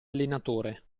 allenatore